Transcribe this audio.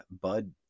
Bud